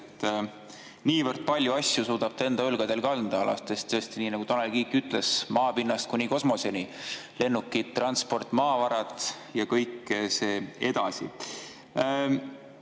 ta niivõrd paljusid asju suudab enda õlgadel kanda, alates, nagu Tanel Kiik ütles, maapinnast kuni kosmoseni: lennukid, transport, maavarad ja nii edasi.